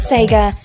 Sega